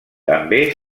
també